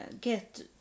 get